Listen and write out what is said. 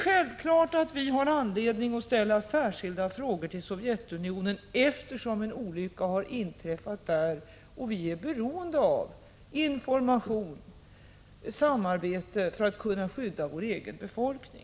Självfallet har vi i dag anledning att ställa särskilda frågor till Sovjetunionen, eftersom en olycka har inträffat där och vi är beroende av information och samarbete för att kunna skydda vår egen befolkning.